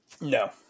no